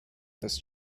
this